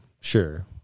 sure